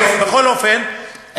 בכל אופן,